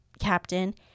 captain